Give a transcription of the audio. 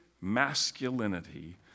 masculinity